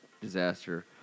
disaster